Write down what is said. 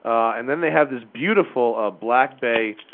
and then they have this beautiful ah black bay.